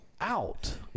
out